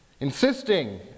insisting